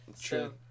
True